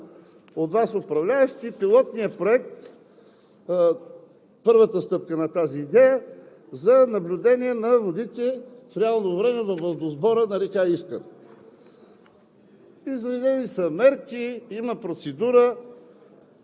доколкото си спомням, широко бе прокламирана от Вас, управляващите, пилотният проект, първата стъпка на тази идея за наблюдение на водите в реално време във водосбора на река Искър,